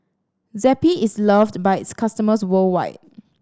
Zappy is loved by its customers worldwide